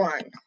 One